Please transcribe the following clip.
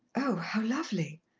oh, how lovely!